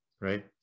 right